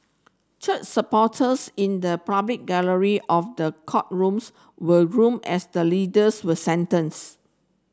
church supporters in the public gallery of the courtrooms were room as the leaders were sentenced